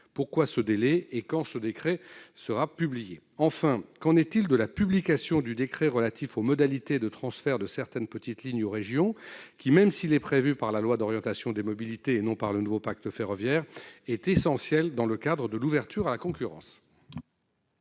Pourquoi ce délai ? Quand ce décret sera-t-il publié ? Enfin, qu'en est-il de la publication du décret relatif aux modalités de transfert de certaines petites lignes aux régions ? Même si ce transfert est prévu par la loi d'orientation des mobilités, et non par le nouveau pacte ferroviaire, il est essentiel dans le cadre de l'ouverture à la concurrence.